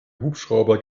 hubschrauber